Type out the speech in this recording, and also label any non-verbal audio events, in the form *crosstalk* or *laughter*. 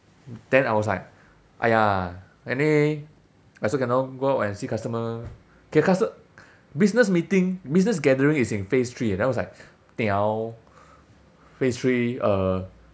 then I was like !aiya! anyway I also cannot go out and see customer okay custo~ business meeting business gathering is in phase three then I was like *noise* phase three uh